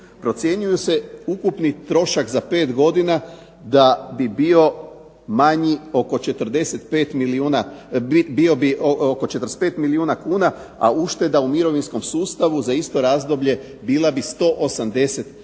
Procjenjuju se ukupni trošak za 5 godina da bi bio manji oko 45 milijuna, bio bi oko 45 milijuna kuna, a ušteda u mirovinskom sustavu za isto razdoblje bila bi 180 milijuna